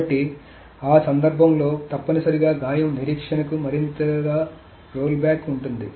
కాబట్టి ఆ సందర్భంలో తప్పనిసరిగా గాయం నిరీక్షణకు మరింత రోల్ బ్యాక్ ఉంటుంది